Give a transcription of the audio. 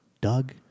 Doug